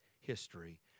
history